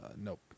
Nope